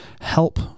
help